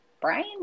Brian